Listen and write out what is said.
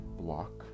block